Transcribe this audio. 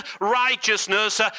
righteousness